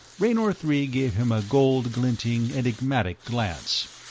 raynor three gave him a gold-glinting, enigmatic glance.